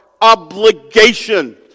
obligation